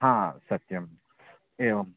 हा सत्यम् एवं